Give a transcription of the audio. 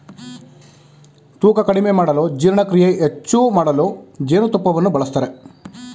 ತೂಕ ಕಡಿಮೆ ಮಾಡಲು ಜೀರ್ಣಕ್ರಿಯೆ ಹೆಚ್ಚು ಮಾಡಲು ಜೇನುತುಪ್ಪವನ್ನು ಬಳಸ್ತರೆ